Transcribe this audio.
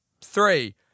Three